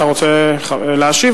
אתה רוצה להשיב?